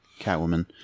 Catwoman